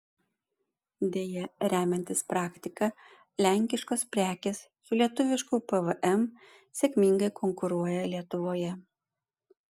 deja remiantis praktika lenkiškos prekės su lietuvišku pvm sėkmingai konkuruoja lietuvoje